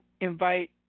invite